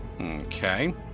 okay